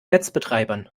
netzbetreibern